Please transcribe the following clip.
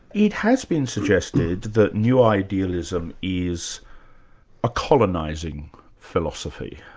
it has been suggested that new idealism is a colonising philosophy.